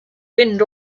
wind